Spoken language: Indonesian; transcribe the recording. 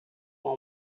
mau